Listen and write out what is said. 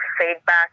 feedback